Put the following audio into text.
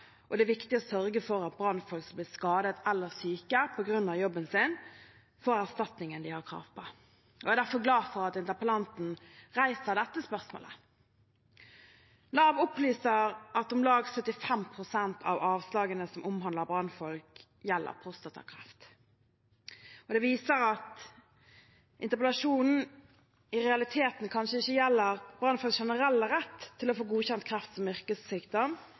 Det er viktig å sørge for at brannfolk som blir skadet eller syke på grunn av jobben sin, får erstatningen de har krav på. Jeg er derfor glad for at interpellanten reiser dette spørsmålet. Nav opplyser at om lag 75 pst. av avslagene som omhandler brannfolk, gjelder prostatakreft. Det viser at interpellasjonen i realiteten kanskje ikke gjelder brannfolks generelle rett til å få godkjent